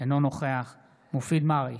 אינו נוכח מופיד מרעי,